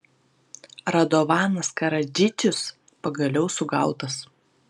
radovanas karadžičius pagaliau sugautas